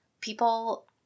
people